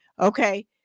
Okay